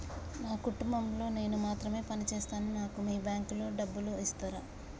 నా కుటుంబం లో నేను మాత్రమే పని చేస్తాను నాకు మీ బ్యాంకు లో డబ్బులు ఇస్తరా?